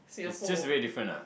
it's just very different ah